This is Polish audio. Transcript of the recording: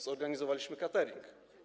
Zorganizowaliśmy katering.